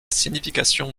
signification